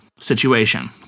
situation